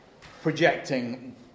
projecting